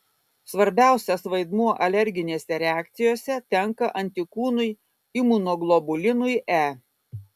svarbiausias vaidmuo alerginėse reakcijose tenka antikūnui imunoglobulinui e